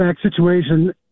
situation